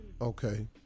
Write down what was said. Okay